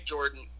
Jordan